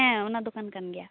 ᱦᱮᱸ ᱚᱱᱟ ᱫᱚᱠᱟᱱ ᱠᱟᱱ ᱜᱮᱭᱟ